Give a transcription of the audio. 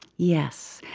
yes,